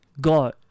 God